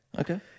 Okay